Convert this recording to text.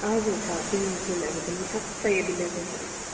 हजुर छ स्विमिङ पुलहरू पनि सबै एभेइलेबल छ यहाँनिर